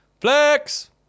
Flex